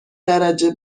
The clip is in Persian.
درجه